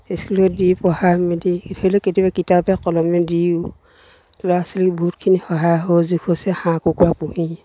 স্কুলত দি পঢ়াই মেলি ধৰি লওক কেতিয়াবা কিতাপে কলমে দিওঁ ল'ৰা ছোৱালীক বহুতখিনি সহায় সহযোগ হৈছে হাঁহ কুকুৰা পুহি